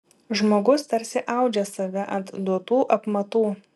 žmogus tarsi audžia save ant duotų apmatų